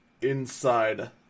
inside